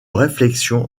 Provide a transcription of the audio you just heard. réflexion